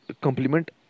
complement